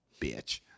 Bitch